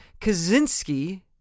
Kaczynski